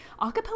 Acapella